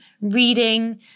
reading